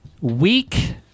weak